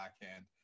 backhand